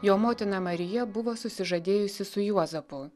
jo motina marija buvo susižadėjusi su juozapu